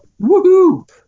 woohoo